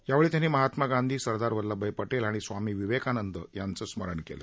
यावेळी त्यांनी महात्मा गांधी सरदार वल्लभभाई पटेल आणि स्वामी विवेकानंद यांचं स्मरण केलं